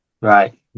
right